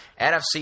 NFC